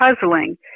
puzzling